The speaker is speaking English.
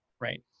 right